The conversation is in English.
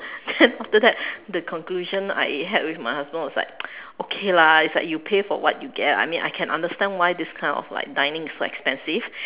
then after that the conclusion I had with my husband was like okay lah you pay for what you get I can imagine why this kind of dining is so expensive